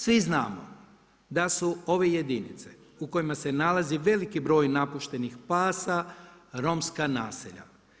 Svi znamo da su ove jedinice u kojima se nalazi veliki broj napuštenih pasa romska naselja.